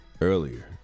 earlier